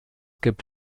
gibt